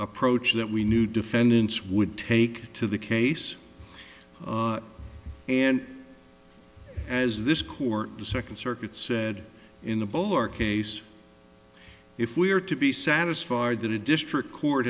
approach that we knew defendants would take to the case and as this court the second circuit said in the bowl or case if we are to be satisfied that a district court